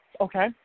Okay